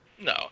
No